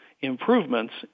Improvements